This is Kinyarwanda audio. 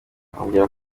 ambwira